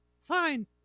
fine